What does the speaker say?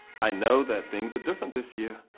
i know that things are different this year,